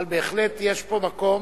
אבל בהחלט יש פה מקום